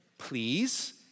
please